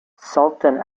sultan